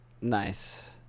Nice